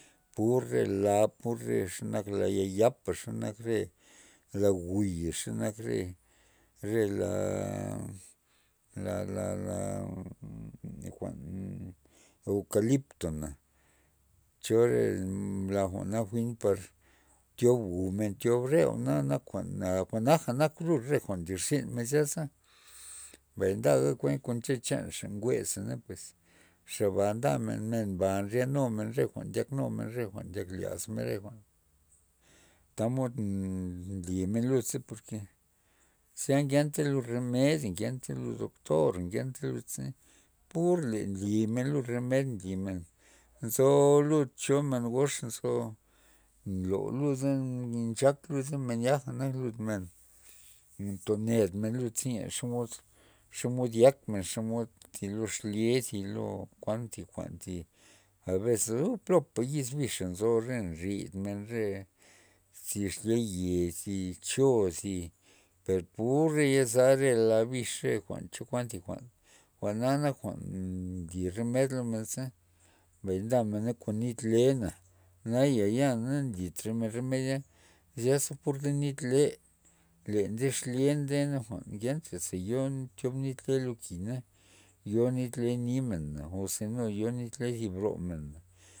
Pur re la pur re xenak la la yapa xenak re la jwi'ya xenak re la- la- la thi jwa'n eukaliptona chore la jwa'na jwi'n par tyob jwu'men tyob re jwa'na na jwa'na jwa'najana lud jwa'n nlir zynmen zyasa, mbay nda kuent chan rexa njwez pues xa bana ndamen men ba rya numen re jwa'n ndyak numen re jwa'n per laz re jwa'n tamod nly men lud porke zya ngenta lud romeda ngenta lud doktora ngenta ludza pur le nly men lud romed nlymen nzo lud chomen gox nzo nlo luda nchak zamen taja nak lud men ntoned men lud ze len xomod xomod yakmen xomod thi lo xabmen xlye thi xomod kuan thi jwa'n abes uu plopa yiz bixa nzo re nrid men re thi xlye ye zi cho o zi per pur re yeza re la re la bix re chokuan thi jwa'n jwa'na nak jwa'n nli romed lomenza mbay nda men na kon nit lena nayana ya na nlitramen romed ya zyasa purta nit le le nde xlye na ngenta ze thiob nit le lo ki'na na yo nit le nimen o zi no yo nit le zi bromen na.